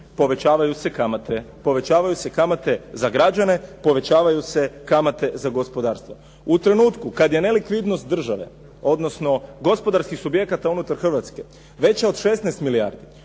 povećavaju se kamate. Povećavaju se kamate za građane, povećavaju se kamate za gospodarstvo. U trenutku kada je nelikvidnost države, odnosno gospodarskih subjekata unutar Hrvatske veća od 16 milijardi